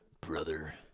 Brother